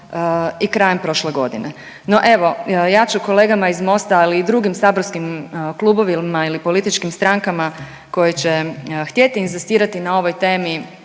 i krajem prošle godine. No evo ja ću kolegama iz Mosta ali i drugim saborskim klubovima ili političkim strankama koje će htjeti inzistirati na ovoj temi,